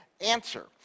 answer